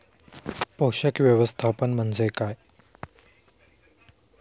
पोषक व्यवस्थापन म्हणजे काय?